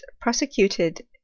prosecuted